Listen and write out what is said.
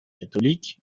catholiques